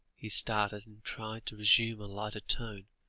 he started, and tried to resume a lighter tone